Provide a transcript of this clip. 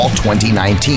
2019